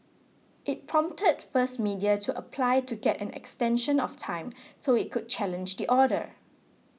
it prompted First Media to apply to get an extension of time so it could challenge the order